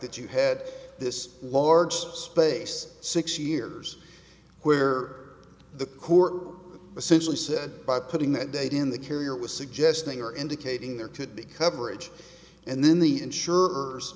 that you had this large space six years where the court essentially said by putting that date in the carrier was suggesting or indicating there could be coverage and then the insurers